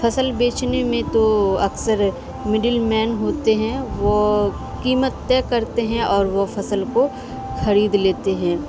فصل بیچنے میں تو اکثر مڈل مین ہوتے ہیں وہ کیمت طے کرتے ہیں اور وہ فصل کو کرید لیتے ہیں